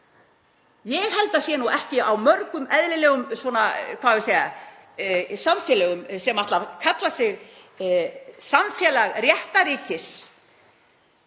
Ég held að það sé ekki í mörgum eðlilegum samfélögum sem ætla að kalla sig samfélag réttarríkis